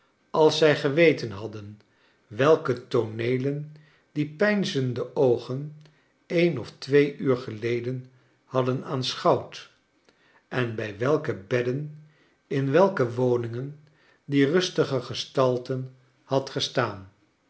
als zij geweten lxadden welke tooneelen die psinzende oogen een of twee uur geleden hadden aanschouwd en bij welke bedden in welke woningen die rustige gestalte had gestaan